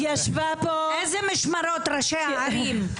איזה משמרות יוצרים ראשי הערים?